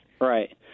Right